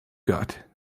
got